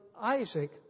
Isaac